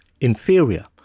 inferior